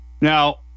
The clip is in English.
Now